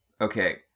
Okay